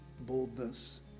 boldness